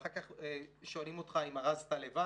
ואחר כך שואלים אותך אם ארזת לבד,